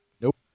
Nope